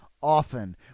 often